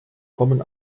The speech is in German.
kommen